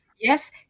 yes